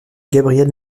gabriel